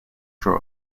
draw